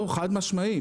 חד-משמעית.